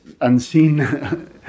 unseen